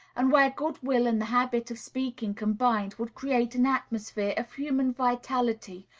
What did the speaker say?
and where good-will and the habit of speaking combined would create an atmosphere of human vitality,